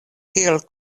kiel